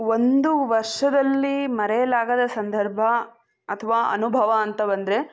ಒಂದು ವರ್ಷದಲ್ಲಿ ಮರೆಯಲಾಗದ ಸಂದರ್ಭ ಅಥವಾ ಅನುಭವ ಅಂತ ಬಂದರೆ